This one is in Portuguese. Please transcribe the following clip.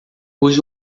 use